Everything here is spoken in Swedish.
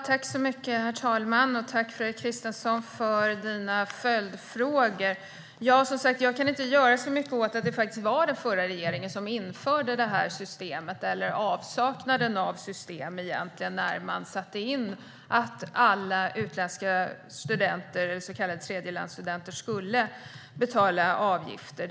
Herr talman! Tack, Fredrik Christensson, för följdfrågorna! Jag kan inte göra så mycket åt att det faktiskt var den förra regeringen som införde systemet, eller snarare avsaknaden av system, när det beslutades att alla utländska studenter, så kallade tredjelandsstudenter, skulle betala avgifter.